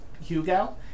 Hugo